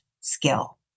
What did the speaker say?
skill